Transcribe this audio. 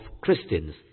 Christians